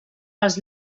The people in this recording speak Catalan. pels